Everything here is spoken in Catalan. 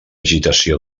agitació